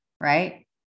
right